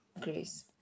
grace